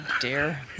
dear